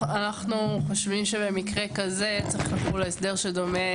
אנחנו חושבים שבמקרה כזה צריך לחול ההסדר שדומה,